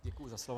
Děkuji za slovo.